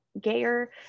gayer